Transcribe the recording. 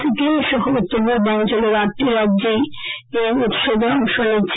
সিকিম সহ উত্তর পূর্বাঞ্চলের আটটি রাজ্যই এই উৎসবে অংশ নিচ্ছে